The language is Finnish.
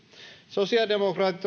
sosiaalidemokraatit